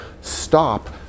stop